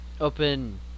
Open